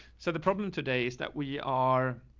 so the problem today is that we are,